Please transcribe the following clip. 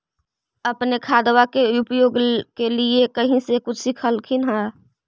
अपने खादबा के उपयोग के लीये कही से कुछ सिखलखिन हाँ?